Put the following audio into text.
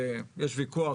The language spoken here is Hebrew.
הוא רק משקיף.